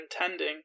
intending